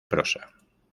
prosa